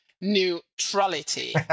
Neutrality